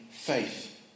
Faith